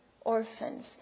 orphans